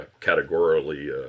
categorically